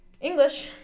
English